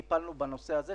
טיפלנו בנושא הזה.